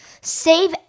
Save